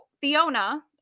fiona